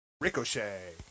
Ricochet